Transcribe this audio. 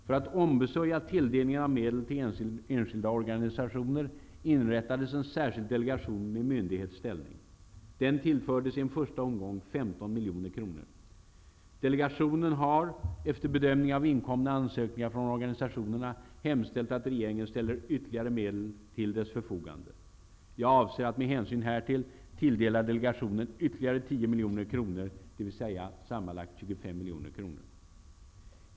För att ombesörja tilldelningen av medel till enskilda organisationer inrättades en särskild delegation med myndighets ställning. Den tillfördes i en första omgång 15 miljoner kronor. Delegationen har -- efter bedömning av inkomna ansökningar från organisationerna -- hemställt att regeringen ställer ytterligare medel till dess förfogande. Jag avser att med hänsyn härtill tilldela delegationen ytterligare 10 miljoner kronor, dvs.